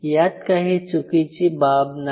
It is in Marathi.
यात काही चुकीची बाब नाही